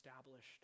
established